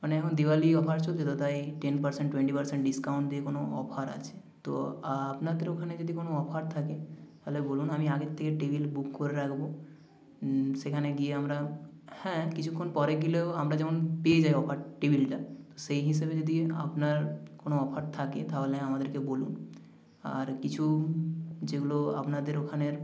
মানে এখন দিওয়ালি অফার চলছে তো তাই ten percent twenty percent discount দিয়ে কোনো অফার আছে তো আপনাদের ওখানে যদি কোনো অফার থাকে তাহলে বলুন আমি আগের থেকে টেবিল বুক করে রাখবো সেখানে গিয়ে আমরা হ্যাঁ কিছুক্ষণ পরে গেলেও আমরা যেমন পেয়ে যাই অফার টেবিলটা সেই হিসেবে যদি আপনার কোনো অফার থাকে তাহলে আমাদেরকে বলুন আর কিছু যেগুলো আপনাদের ওখানের